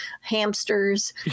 hamsters